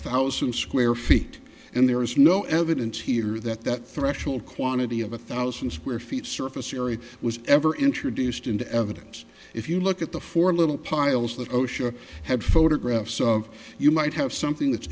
thousand square feet and there is no evidence here that that threshold quantity of a thousand square feet surface area was ever introduced into evidence if you look at the four little piles that osha had photographs of you might have something that's